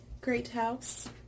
Greathouse